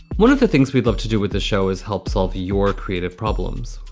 one of the things we'd love to do with the show is help solve your creative problems,